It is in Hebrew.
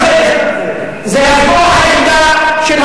או, איפה המשטרה.